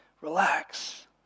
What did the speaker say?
relax